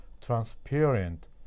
transparent